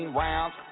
rounds